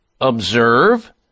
observe